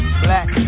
black